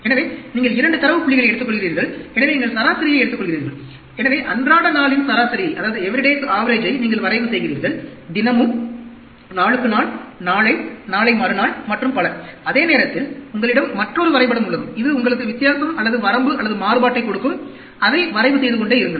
எனவே நீங்கள் 2 தரவு புள்ளிகளை எடுத்துக்கொள்கிறீர்கள் எனவே நீங்கள் சராசரியை எடுத்துக்கொள்கிறீர்கள் எனவே அன்றாட நாளின் சராசரியை everyday's average நீங்கள் வரைவு செய்கிறீர்கள் தினமும் நாளுக்கு நாள் நாளை நாளை மறுநாள் மற்றும் பல அதே நேரத்தில் உங்களிடம் மற்றொரு வரைபடம் உள்ளது இது உங்களுக்கு வித்தியாசம் அல்லது வரம்பு அல்லது மாறுபாட்டைக் கொடுக்கும் அதை வரைவு செய்து கொண்டே இருங்கள்